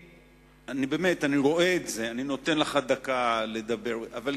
אני רואה את זה, אני נותן לך דקה לדבר, אבל